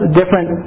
different